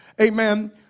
Amen